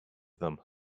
them